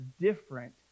different